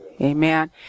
Amen